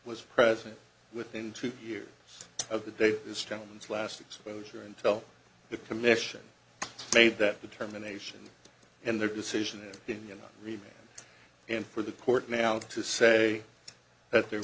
was present within two years of the day this gentleman's last exposure until the commission made that determination in their decision it didn't you know remain and for the court now to say that there